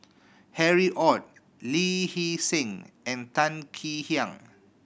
Harry Ord Lee Hee Seng and Tan Kek Hiang